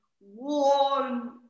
one